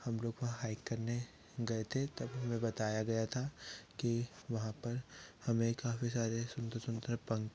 हम लोग वहाँ हाइक करने गए थे तब हमें बताया गया था की वहाँ पर हमें काफी सारे सुन्दर सुन्दर पन